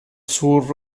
sur